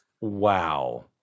Wow